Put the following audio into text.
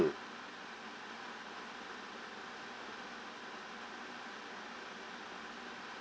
mm